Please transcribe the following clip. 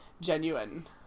genuine